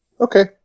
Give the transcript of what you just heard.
Okay